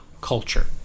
culture